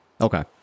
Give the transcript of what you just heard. Okay